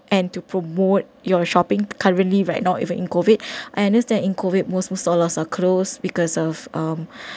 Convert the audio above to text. and to promote your shopping currently right now if in COVID I understand in COVID most musollah are closed because of um